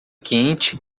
quente